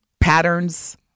patterns